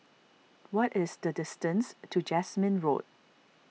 what is the distance to Jasmine Road